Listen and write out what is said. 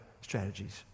strategies